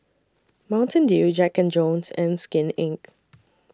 Mountain Dew Jack Jones and Skin Inc